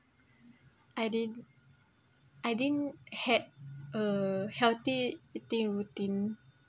I didn't I didn't had a healthy eating routine